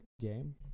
game